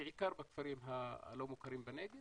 בעיקר בכפרים הלא מוכרים בנגב